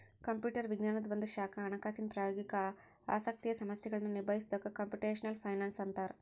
computer ವಿಜ್ಞಾನದ್ ಒಂದ ಶಾಖಾ ಹಣಕಾಸಿನ್ ಪ್ರಾಯೋಗಿಕ ಆಸಕ್ತಿಯ ಸಮಸ್ಯೆಗಳನ್ನ ನಿಭಾಯಿಸೊದಕ್ಕ ಕ್ಂಪುಟೆಷ್ನಲ್ ಫೈನಾನ್ಸ್ ಅಂತ್ತಾರ